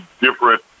different